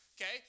Okay